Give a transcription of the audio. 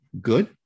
good